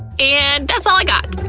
and that's all i got.